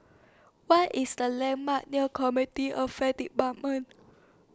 What IS The landmarks near comedy Affairs department